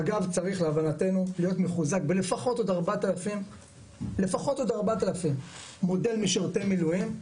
מג"ב צריך להבנתנו להיות מחוזק בלפחות עוד 4,000 מודל משרתי מילואים,